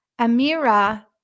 Amira